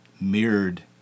mirrored